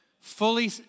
fully